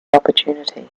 opportunity